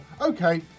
okay